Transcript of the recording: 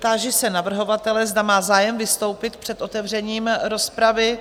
Táži se navrhovatele, zda má zájem vystoupit před otevřením rozpravy?